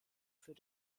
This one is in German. für